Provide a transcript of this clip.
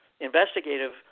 investigative